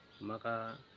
maka